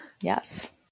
yes